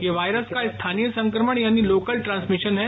ये वायरस का स्थानीय संक्रमण यानी लोकल ट्रांसमिशन है